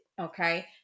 okay